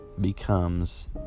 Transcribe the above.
becomes